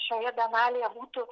šioje bienalėje būtų